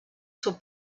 suo